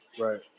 Right